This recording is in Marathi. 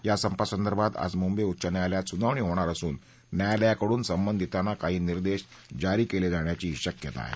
या संपासंदर्भात आज मुंबई उच्च न्यायालयात सुनावणी होणार असून न्यायालयाकडून संबंधितांना काही निर्देश जारी केले जाण्याची शक्यता आहे